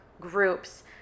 groups